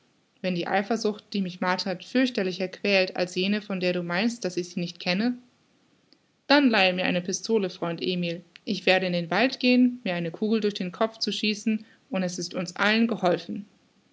wenn die eifersucht die mich martert fürchterlicher quält als jene von der du meinst daß ich sie nicht kenne dann leihe mir eine pistole freund emil ich werde in den wald gehen mir eine kugel durch den kopf zu schießen und es ist uns allen geholfen